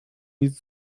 nic